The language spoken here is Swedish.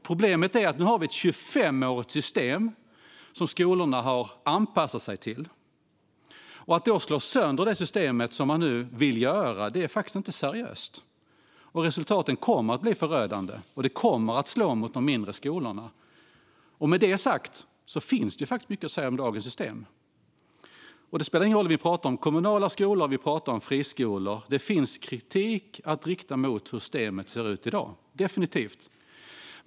Problemet är att vi nu har ett 25-årigt system som skolorna har anpassat sig till. Att då slå sönder det systemet, som man nu vill göra, är faktiskt inte seriöst. Resultaten kommer att bli förödande, och det kommer att slå mot de mindre skolorna. Med det sagt finns det mycket att säga om dagens system. Det spelar ingen roll om vi pratar om kommunala skolor eller friskolor; det finns definitivt kritik att rikta mot hur systemet ser ut i dag.